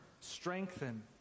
strengthen